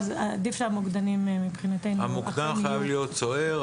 עדיף שהמוקדנים מבחינתנו אכן יהיו --- המוקדן חייב להיות סוהר.